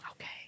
Okay